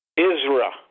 Israel